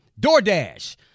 DoorDash